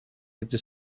gdy